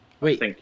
Wait